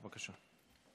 בבקשה.